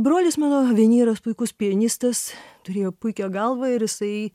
brolis mano aveniras puikus pianistas turėjo puikią galvą ir jisai